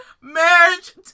Marriage